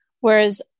Whereas